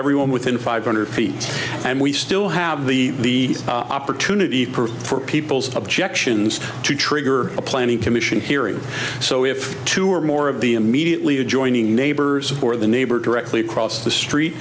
everyone within five hundred feet and we still have the opportunity for people's objections to trigger a planning commission hearing so if two or more of the immediately adjoining neighbors or the neighbor directly across the street